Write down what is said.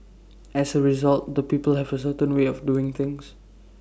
as A result the people have A certain way of doing things